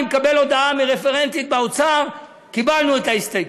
אני מקבל הודעה מרפרנטית באוצר: קיבלנו את ההסתייגות,